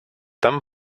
tan